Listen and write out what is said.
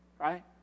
right